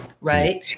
right